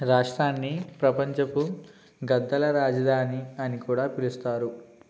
రాష్ట్రాన్ని ప్రపంచపు గద్దల రాజధాని అని కూడా పిలుస్తారు